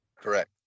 Correct